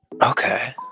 okay